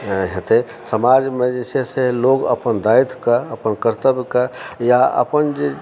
होयत समाजमे जे छै से लोग अपन दायित्वके अपन कर्तव्यके या अपन जे